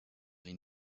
may